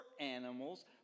animals